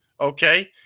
Okay